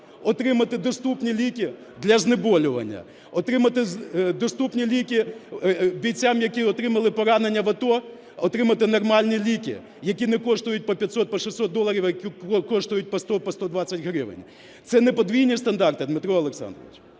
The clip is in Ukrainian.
отримати доступні ліки для знеболювання, отримати доступні ліки бійцям, які отримали поранення в АТО, отримати нормальні ліки, які не коштують по 500, по 600 доларів, а які коштують по 100, по 120 гривень. Це не подвійні стандарти, Дмитро Олександрович?